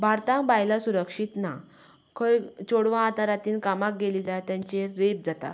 भारतांत बायलां सुरक्षीत ना खंय चेडवां आतां रातीन कामांक गेली जाल्यार तांचेर रेप जाता